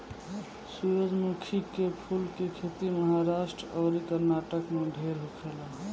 सूरजमुखी के फूल के खेती महाराष्ट्र अउरी कर्नाटक में ढेर होखेला